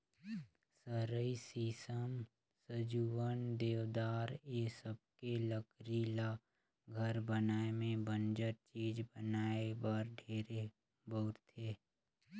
सरई, सीसम, सजुवन, देवदार ए सबके लकरी ल घर बनाये में बंजर चीज बनाये बर ढेरे बउरथे